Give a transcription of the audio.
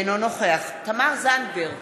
אינו נוכח תמר זנדברג,